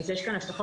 אז יש כאן השלכות.